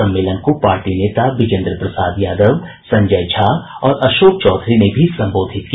सम्मेलन को पार्टी नेता विजेन्द्र प्रसाद यादव संजय झा और अशोक चौधरी ने भी संबोधित किया